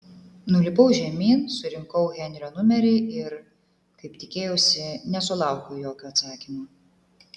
nulipau žemyn surinkau henrio numerį ir kaip tikėjausi nesulaukiau jokio atsakymo